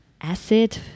acid